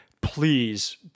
please